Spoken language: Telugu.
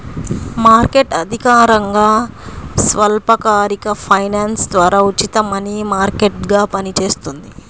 మార్కెట్ అధికారికంగా స్వల్పకాలిక ఫైనాన్స్ ద్వారా ఉచిత మనీ మార్కెట్గా పనిచేస్తుంది